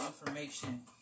information